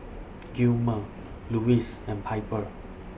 Gilmer Louise and Piper